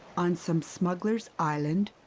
on some smuggler's island,